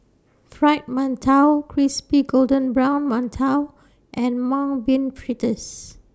Fried mantou Crispy Golden Brown mantou and Mung Bean Fritters